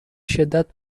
شدت